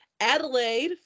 Adelaide